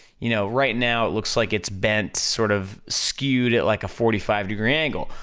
you know, right now it looks like it's bent sort of, skewed at like a forty five degree angle.